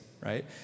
right